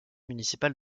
municipal